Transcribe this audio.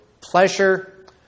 pleasure